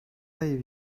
leave